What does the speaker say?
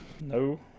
No